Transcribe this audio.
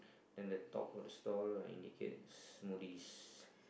and that dog port door like indicate it's smoothie